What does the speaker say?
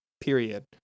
period